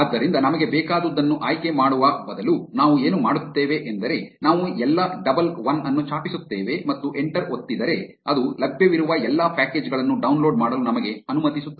ಆದ್ದರಿಂದ ನಮಗೆ ಬೇಕಾದುದನ್ನು ಆಯ್ಕೆ ಮಾಡುವ ಬದಲು ನಾವು ಏನು ಮಾಡುತ್ತೇವೆ ಎಂದರೆ ನಾವು ಎಲ್ಲಾ ಡಬಲ್ ಒನ್ ಅನ್ನು ಛಾಪಿಸುತ್ತೇವೆ ಮತ್ತು ಎಂಟರ್ ಒತ್ತಿದರೆ ಅದು ಲಭ್ಯವಿರುವ ಎಲ್ಲಾ ಪ್ಯಾಕೇಜ್ ಗಳನ್ನು ಡೌನ್ಲೋಡ್ ಮಾಡಲು ನಮಗೆ ಅನುಮತಿಸುತ್ತದೆ